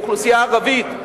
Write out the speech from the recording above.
באוכלוסייה ערבית.